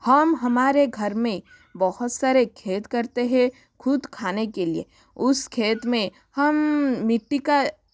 हम हमारे घर में बहुत सारे खेत करते हैं खुद खाने के लिए उस खेत में हम मिट्टी का